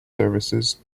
services